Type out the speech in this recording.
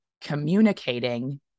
communicating